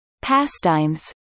pastimes